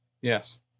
Yes